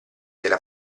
della